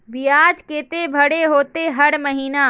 बियाज केते भरे होते हर महीना?